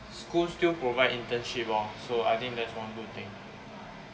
schools still provide internship lor so I think that's one good thing I mean